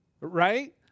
right